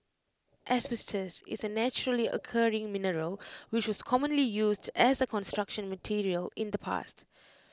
asbestos is A naturally occurring mineral which was commonly used as A Construction Material in the past